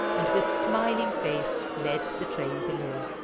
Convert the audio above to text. and with smiling face led the train below.